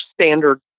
standard